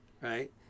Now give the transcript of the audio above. right